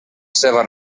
seva